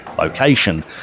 location